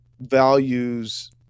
values